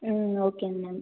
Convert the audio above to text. ம் ஓகேங்க மேம்